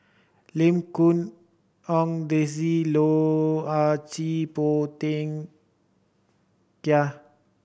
Lim Quee Hong Daisy Loh Ah Chee Phua Thin Kiay